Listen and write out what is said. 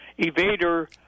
evader